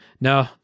no